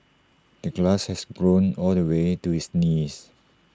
the grass had grown all the way to his knees